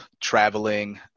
traveling